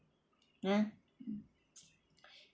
!huh!